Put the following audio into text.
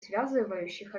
связывающих